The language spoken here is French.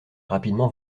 rapidement